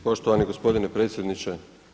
Poštovani gospodine predsjedniče.